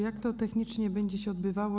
Jak to technicznie będzie się odbywało?